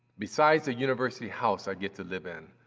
besides a university house i get to live in,